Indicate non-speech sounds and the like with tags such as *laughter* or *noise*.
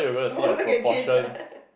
I also can change [what] *laughs*